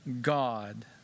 God